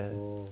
oh